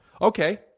Okay